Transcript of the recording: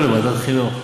או לוועדת החינוך.